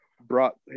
brought